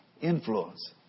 influence